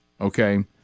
okay